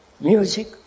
music